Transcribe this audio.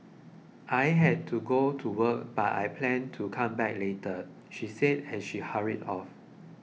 I have to go to work but I plan to come back later she said as she hurried off